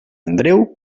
andreu